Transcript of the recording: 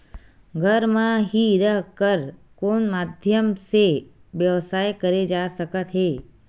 घर म हि रह कर कोन माध्यम से व्यवसाय करे जा सकत हे?